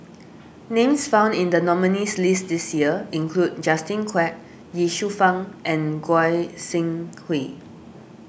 Names found in the nominees' list this year include Justin Quek Ye Shufang and Goi Seng Hui